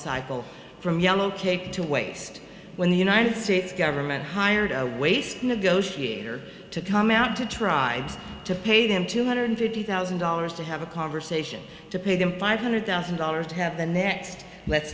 cycle from yellowcake to waste when the united states government hired a waste negotiator to come out to try to pay them two hundred fifty thousand dollars to have a conversation to pay them five hundred thousand dollars to have the next let's